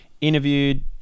interviewed